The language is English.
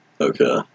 Okay